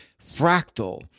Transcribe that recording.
fractal